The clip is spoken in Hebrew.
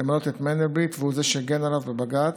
למנות את מנדלבליט, והוא זה שהגן עליו בבג"ץ,